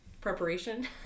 preparation